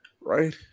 Right